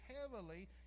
heavily